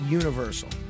universal